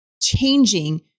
changing